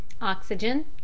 oxygen